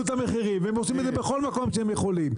את המחירים והם עושים את זה בכל מקום שהם יכולים.